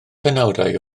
penawdau